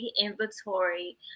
inventory